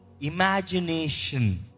imagination